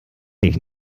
ich